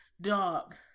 Dog